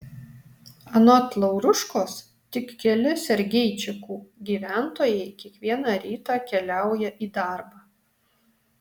anot lauruškos tik keli sergeičikų gyventojai kiekvieną rytą keliauja į darbą